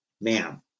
ma'am